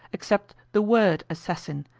except the word assassin,